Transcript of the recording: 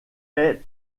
est